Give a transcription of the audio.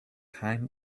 time